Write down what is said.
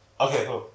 Okay